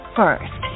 first